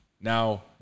Now